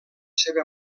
seva